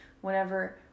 whenever